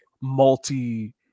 multi